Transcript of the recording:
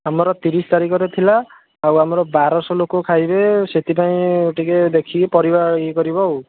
ଆମର ତିରିଶ ତାରିଖରେ ଥିଲା ଆଉ ଆମର ବାରଶହ ଲୋକ ଖାଇବେ ସେଥିପାଇଁ ଟିକେ ଦେଖିକି ପରିବା ଇଏ କରିବ ଆଉ